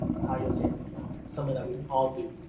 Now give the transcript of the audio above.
a high-yield savings account, something that we can all do